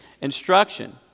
instruction